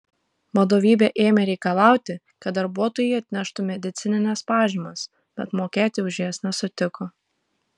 vadovybė ėmė reikalauti kad darbuotojai atneštų medicinines pažymas bet mokėti už jas nesutiko